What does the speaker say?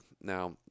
Now